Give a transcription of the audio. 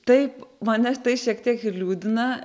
taip mane tai šiek tiek ir liūdina